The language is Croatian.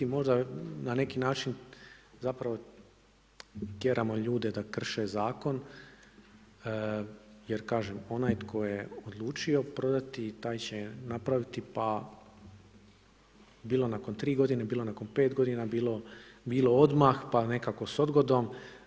Možda na neki način zapravo tjeramo ljude da krše zakon, jer kažem onaj tko je odlučio prodati taj će napraviti pa bilo nakon 3 godine, bilo nakon 5 godina, bilo odmah pa nekako s odgodom.